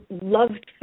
loved